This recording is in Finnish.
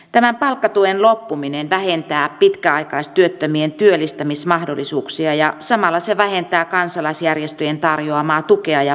tämän palkkatuen loppuminen vähentää pitkäaikaistyöttömien työllistämismahdollisuuksia ja samalla se vähentää kansalaisjärjestöjen tarjoamaa tukea ja palveluja